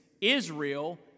Israel